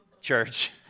church